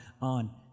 on